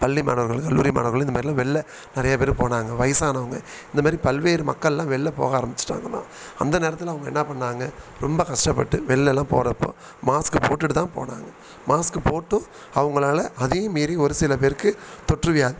பள்ளி மாணவர்களும் கல்லூரி மாணவர்களும் இந்த மாதிரிலாம் வெளில நிறைய பேர் போனாங்க வயதானவங்க இந்த மாதிரி பல்வேறு மக்களெலாம் வெளில போக ஆரமிச்சுட்டாங்கன்னா அந்த நேரத்தில் அவங்க என்ன பண்ணிணாங்க ரொம்ப கஷ்டப்பட்டு வெளிலலாம் போகிறப்போ மாஸ்க்கு போட்டுகிட்டு தான் போனாங்க மாஸ்க்கு போட்டும் அவங்களால அதையும் மீறி ஒரு சில பேருக்கு தொற்று வியா